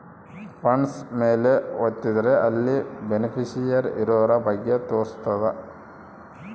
funds ಮೇಲೆ ವತ್ತಿದ್ರೆ ಅಲ್ಲಿ ಬೆನಿಫಿಶಿಯರಿ ಇರೋರ ಬಗ್ಗೆ ತೋರ್ಸುತ್ತ